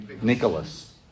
Nicholas